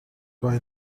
why